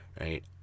right